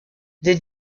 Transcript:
des